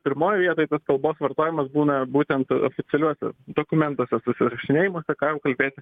pirmoj vietoj tas kalbos vartojimas būna būtent oficialiuose dokumentuose susirašinėjimuose ką jau kalbėti